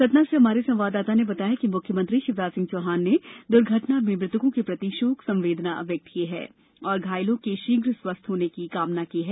सतना से हमारे संवाददाता ने बताया है कि मुख्यमंत्री शिवराज सिंह चौहान ने दुर्घटना में मृतकों के प्रति शोक संवेदना व्यक्त की है और घायलों के शीघ्र स्वास्थ्य लाभ की कामना की है